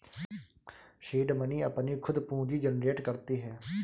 seed money अपनी खुद पूंजी जनरेट करती है